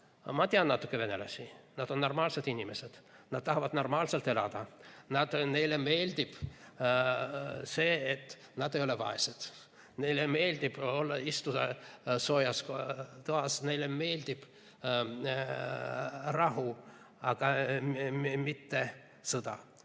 ma tean natuke venelasi. Nad on normaalsed inimesed, nad tahavad normaalselt elada. Neile meeldib see, et nad ei ole vaesed. Neile meeldib istuda soojas toas. Neile meeldib rahu, mitte sõda.